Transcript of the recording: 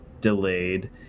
Delayed